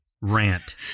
rant